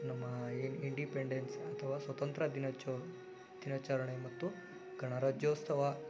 ನಮ್ಮ ಏನು ಇಂಡಿಪೆಂಡನ್ಸ್ ಅಥವಾ ಸ್ವತಂತ್ರ ದಿನಾಚ ದಿನಾಚರಣೆ ಮತ್ತು ಗಣರಾಜ್ಯೋತ್ಸವ